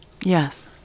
Yes